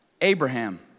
Abraham